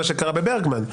מה שקרה בברגמן.